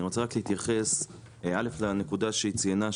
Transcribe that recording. אני רוצה רק להתייחס לנקודה שהיא ציינה,